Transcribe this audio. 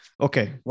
Okay